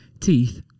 Teeth